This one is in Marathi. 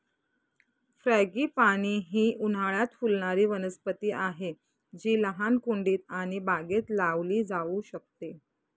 फ्रॅगीपानी ही उन्हाळयात फुलणारी वनस्पती आहे जी लहान कुंडीत आणि बागेत लावली जाऊ शकते